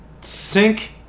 sink